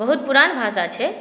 बहुत पुरान भाषा छै